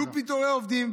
יהיו פיטורי עובדים.